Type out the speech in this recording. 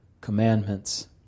commandments